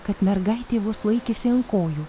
kad mergaitė vos laikėsi ant kojų